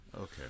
Okay